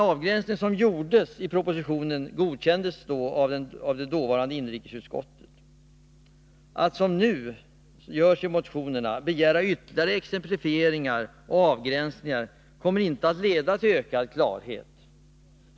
Att som nu görs i motionerna begära ytterligare exemplifieringar och avgränsningar kommer inte att leda till ökad klarhet.